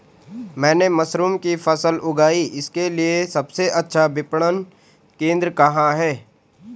मैंने मशरूम की फसल उगाई इसके लिये सबसे अच्छा विपणन केंद्र कहाँ है?